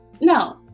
No